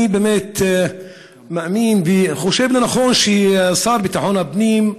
אני באמת מאמין וחושב לנכון שהשר לביטחון הפנים,